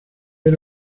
era